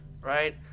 right